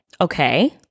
Okay